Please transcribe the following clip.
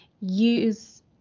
use